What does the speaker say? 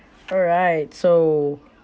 alright so